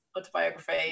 autobiography